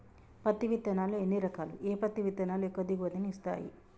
పత్తి విత్తనాలు ఎన్ని రకాలు, ఏ పత్తి విత్తనాలు ఎక్కువ దిగుమతి ని ఇస్తాయి?